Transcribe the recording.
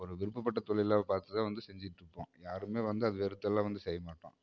ஒரு விருப்பப்பட்ட தொழிலா பார்த்து தான் வந்து செஞ்சிட்டுருப்போம் யாருமே வந்து அதை வெறுத்தெல்லாம் வந்து செய்ய மாட்டோம்